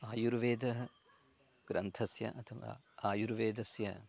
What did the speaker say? आयुर्वेदः ग्रन्थस्य अथवा आयुर्वेदस्य